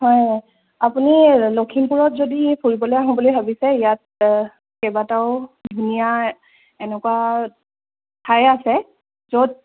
হয় আপুনি লখিমপুৰত যদি ফুৰিবলৈ আহোঁ বুলি ভাবিছে ইয়াত কেইবাটাও ধুনীয়া এনেকুৱা ঠাই আছে য'ত